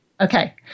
Okay